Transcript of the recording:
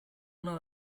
una